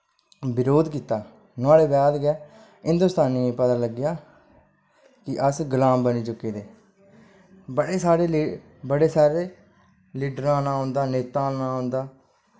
विरोद कीता नोह्ड़े बाद गै हिंदोस्तानियें गी पता लगेआ कि अस गुलाम बनी चुक्के दे बड़े सारे बड़े सारे लिडरैं दा नां उंदा नेता नां उंदा